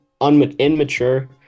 immature